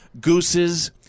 Goose's